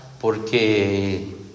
porque